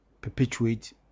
perpetuate